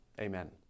Amen